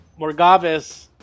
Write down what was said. Morgavis